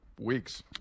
weeks